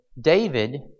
David